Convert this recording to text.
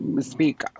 speak